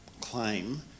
claim